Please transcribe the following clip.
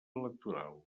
electoral